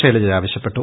ശൈലജ ആവശ്യപ്പെട്ടു